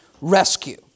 rescue